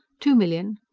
two million.